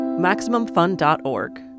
MaximumFun.org